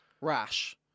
Rash